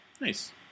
Nice